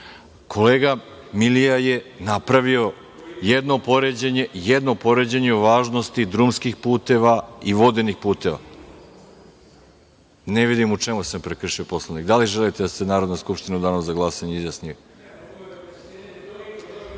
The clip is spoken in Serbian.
Kolega Milija je napravio i jedno poređenje o važnosti drumskih puteva i vodenih puteva. Ne vidim u čemu sam prekršio Poslovnik. Da li želite da se Narodna skupština u danu za glasanje izjasni.(Nemanja